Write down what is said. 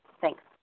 Thanks